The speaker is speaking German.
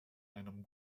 einem